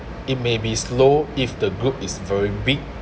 it may be slow if the group is very big